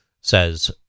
says